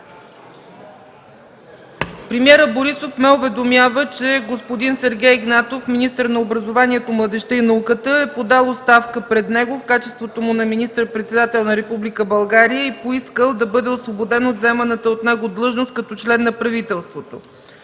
Премиерът Борисов ме уведомява, че господин Сергей Игнатов – министър на образованието, младежта и науката, е подал оставка пред него, в качеството му на министър-председател на Република България, и е поискал да бъде освободен от заеманата от него длъжност като член на правителството.